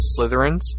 Slytherins